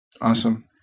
Awesome